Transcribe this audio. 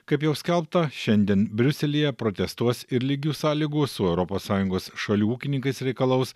kaip jau skelbta šiandien briuselyje protestuos ir lygių sąlygų su europos sąjungos šalių ūkininkais reikalaus